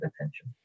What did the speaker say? attention